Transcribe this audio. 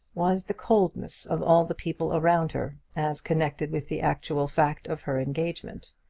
was the coldness of all the people around her, as connected with the actual fact of her engagement.